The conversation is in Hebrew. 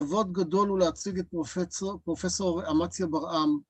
כבוד גדול הוא להציג את פרופסור אמציה ברעם